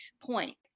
point